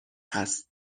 هست